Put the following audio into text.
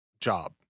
job